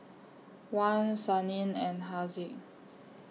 Wan Senin and Haziq